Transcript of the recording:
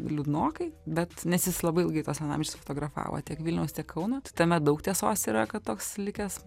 liūdnokai bet nes jis labai ilgai tuos senamiesčius fotografavo tiek vilniaus tiek kauno tai tame daug tiesos yra kad toks likęs